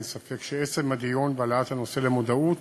אין ספק שעצם הדיון והעלאת הנושא למודעות